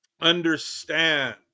understand